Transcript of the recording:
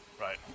Right